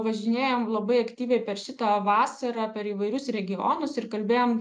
važinėjom labai aktyviai per šitą vasarą per įvairius regionus ir kalbėjom